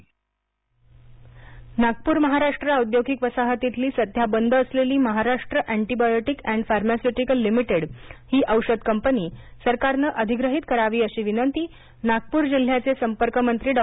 औषधनिर्मिती company प्नरूज्जीवन नागपूर महाराष्ट्र औद्योगिक वसाहतीतली सध्या बंद असलेली Maharashtra antibiotic and pharmaceutical limited ही औषध कंपनी सरकारने अधिग्रहित करावी अशी विनंती नागप्र जिल्ह्याचे संपर्कमंत्री डॉ